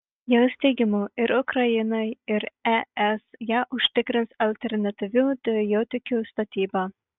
jos teigimu ir ukrainai ir es ją užtikrins alternatyvių dujotiekių statyba